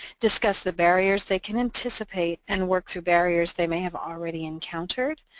discuss the barriers they can anticipate, and work through barriers they may have already encountered,